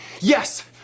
Yes